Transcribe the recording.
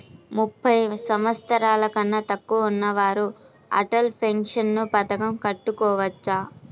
ముప్పై సంవత్సరాలకన్నా తక్కువ ఉన్నవారు అటల్ పెన్షన్ పథకం కట్టుకోవచ్చా?